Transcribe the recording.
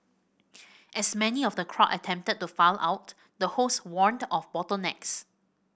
as many of the crowd attempted to file out the hosts warned of bottlenecks